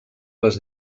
les